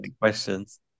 Questions